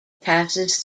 passes